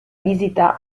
visita